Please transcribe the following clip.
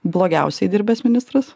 blogiausiai dirbęs ministras